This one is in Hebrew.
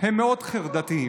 הם מאוד חרדתיים,